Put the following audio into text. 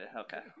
okay